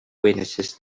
witnesses